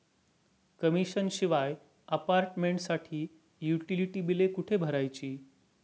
Commission शिवाय अपार्टमेंटसाठी utility बिले कुठे भरायची?